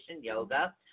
yoga